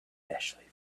especially